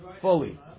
fully